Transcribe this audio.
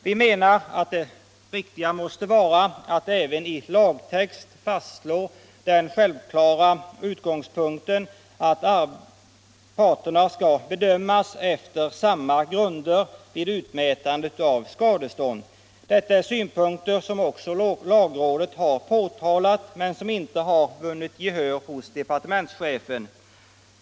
Vi menar att det riktiga måste vara att även i lagtext fastslå den självklara utgångspunkten att parterna skall bedömas efter samma grunder vid utmätande av skadestånd. Detta är synpunkter som också lagrådet har framfört men som inte har vunnit gehör hos departementschefen.